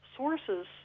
Sources